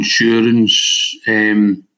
insurance